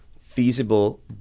feasible